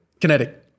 Kinetic